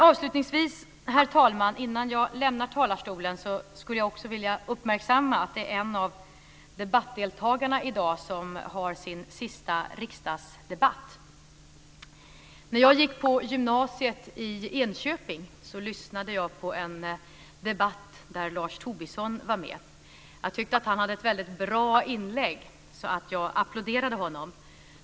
Avslutningsvis, herr talman, vill jag, innan jag lämnar talarstolen, uppmärksamma att en av debattdeltagarna i dag är med på sin sista riksdagsdebatt. När jag gick på gymnasiet i Enköping lyssnade jag på en debatt där Lars Tobisson var med. Jag tyckte att han hade ett bra inlägg, så jag applåderade honom.